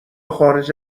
خارج